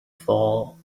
fall